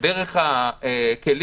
דרך הכלים